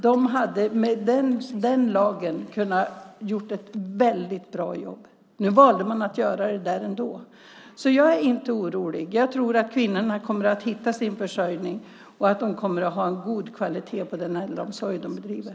De hade med den lagen kunnat göra ett väldigt bra jobb. Nu valde man att göra detta ändå. Så jag är inte orolig. Jag tror att kvinnorna kommer att hitta sin försörjning och att de kommer att ha en god kvalitet på den äldreomsorg de bedriver.